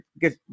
get